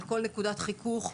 על כל נקודת חיכוך,